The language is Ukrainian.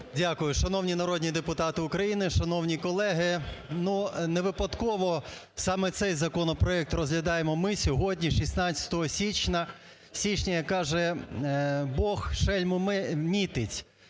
Дякую. Шановні народні депутати України, шановні колеги! Ну, не випадково саме цей законопроект розглядаємо ми сьогодні, 16 січня, як каже, Бог шельму мітить.